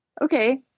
Okay